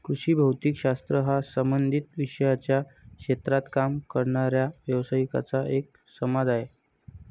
कृषी भौतिक शास्त्र हा संबंधित विषयांच्या क्षेत्रात काम करणाऱ्या व्यावसायिकांचा एक समाज आहे